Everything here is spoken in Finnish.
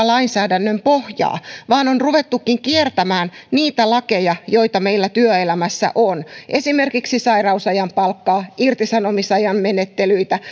lainsäädännön pohjaa vaan on ruvettukin kiertämään niitä lakeja joita meillä työelämässä on esimerkiksi sairausajan palkkaa irtisanomisajan menettelyitä